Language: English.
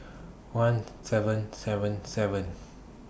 one seven seven seven